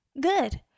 good